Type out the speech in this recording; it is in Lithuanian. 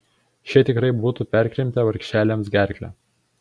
šie tikrai būtų perkrimtę vargšelėms gerklę